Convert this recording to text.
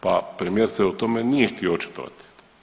Pa premijer se o tome nije htio očitovati.